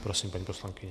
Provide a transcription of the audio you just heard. Prosím, paní poslankyně.